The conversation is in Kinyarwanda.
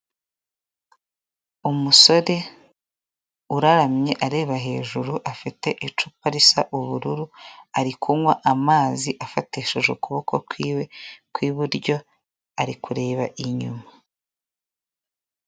Umusore uraramye areba hejuru afite icupa risa n'ubururu, ari kunywa amazi afatishije ukuboko kwiwe kw'iburyo ari kureba inyuma.